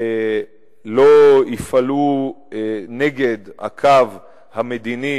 לא יפעלו נגד הקו המדיני,